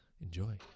enjoy